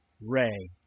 Ray